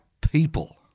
people